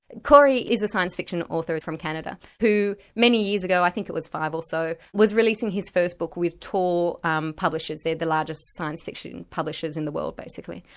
cory is a science fiction author from canada, who many years ago, i think it was five or so, was releasing his first book with tor um publishers, they're the largest science fiction publishers in the world, basically.